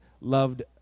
loved